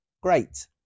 great